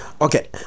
Okay